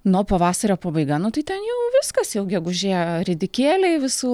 nu o pavasario pabaiga nu tai ten jau viskas jau gegužė ridikėliai visų